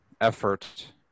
effort